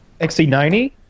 XC90